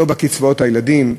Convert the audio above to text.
לא בקצבאות הילדים,